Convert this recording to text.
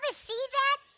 ah see that?